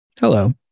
Hello